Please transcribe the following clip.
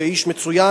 הוא איש מצוין,